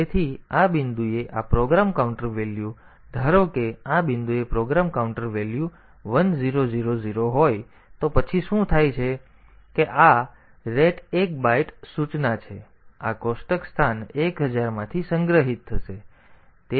તેથી આ બિંદુએ આ પ્રોગ્રામ કાઉન્ટર વેલ્યુ ધારો કે આ બિંદુએ પ્રોગ્રામ કાઉન્ટર વેલ્યુ 1000 હોય તો પછી શું થાય છે કે કારણ કે આ રેટ 1 બાઈટ સૂચના છે તેથી આ કોષ્ટક સ્થાન 1000 માંથી સંગ્રહિત થશે